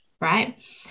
Right